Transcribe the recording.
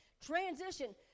transition